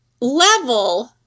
level